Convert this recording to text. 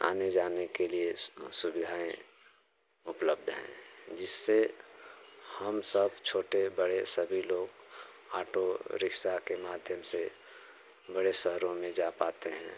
आने जाने के लिए स सुविधाएँ उपलब्ध हैं जिससे हम सब छोटे बड़े सभी लोग ऑटो रिक्शा के माध्यम से बड़े शहरों में जा पाते हैं